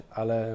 ale